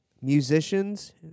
musicians